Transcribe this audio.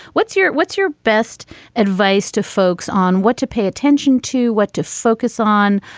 what's your what's your best advice to folks on what to pay attention to what to focus on.